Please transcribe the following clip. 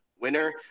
winner